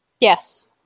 Yes